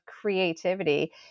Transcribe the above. creativity